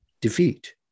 defeat